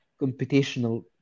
computational